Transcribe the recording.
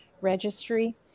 registry